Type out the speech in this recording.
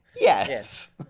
Yes